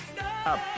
up